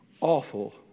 awful